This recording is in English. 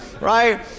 right